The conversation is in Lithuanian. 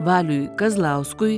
valiui kazlauskui